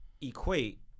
equate